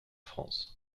france